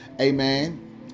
amen